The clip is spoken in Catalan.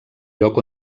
lloc